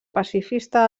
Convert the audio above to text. pacifista